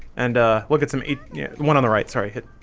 and ah look at some eating yeah one on the right sorry hit